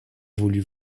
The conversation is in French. voulut